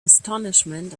astonishment